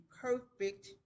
perfect